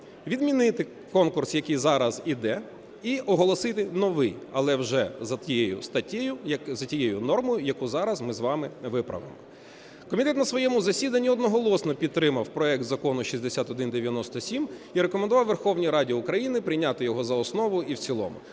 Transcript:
відмінити конкурс, який зараз іде, і оголосити новий, але вже за тією статтею, за тією нормою, яку зараз ми з вами виправимо. Комітет на своєму засіданні одноголосно підтримав проект Закону 6197 і рекомендував Верховній Раді України прийняти його за основу і в цілому.